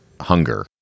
hunger